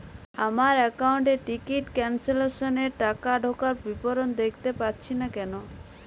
আমার একাউন্ট এ ticket cancellation এর টাকা ঢোকার বিবরণ দেখতে পাচ্ছি না কেন?